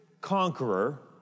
conqueror